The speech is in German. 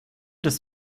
des